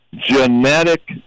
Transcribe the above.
genetic